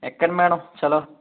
ఎక్కండి మేడం ఛలో